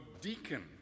deacon